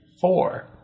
four